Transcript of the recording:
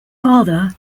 father